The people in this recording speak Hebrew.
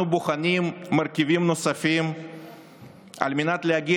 אנחנו בוחנים מרכיבים נוספים על מנת להגיע